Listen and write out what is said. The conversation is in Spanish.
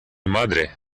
madre